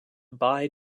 bye